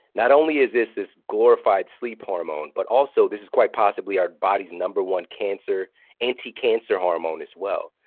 not only is this this glorified sleep hormone, but also, this is quite possibly our body's number one anticancer anticancer hormone as well.